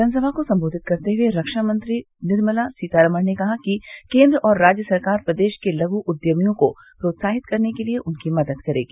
जनसभा को सम्बोधित करते हुए रक्षामंत्री निर्मला सीतारमण ने कहा कि केन्द्र और राज्य सरकार प्रदेश के लघु उद्यमियों को प्रोत्साहित करने के लिए उनकी मदद करेगी